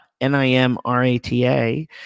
N-I-M-R-A-T-A